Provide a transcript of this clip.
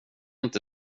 inte